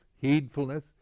heedfulness